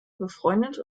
befreundet